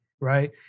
Right